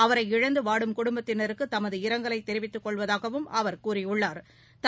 அவரை இழந்து வாடும் குடும்பத்தினருக்கு தமது இரங்கலை தெரிவித்துக் கொள்வதாகவும் அவர் கூறியுள்ளா்